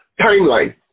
timeline